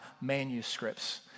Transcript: manuscripts